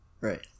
Right